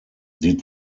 sie